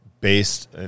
based